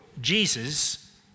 Jesus